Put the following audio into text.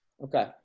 Okay